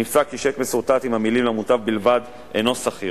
נפסק כי צ'ק מסורטט עם המלים "למוטב בלבד" אינו סחיר.